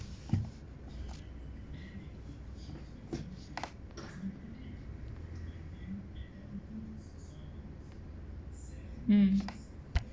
mm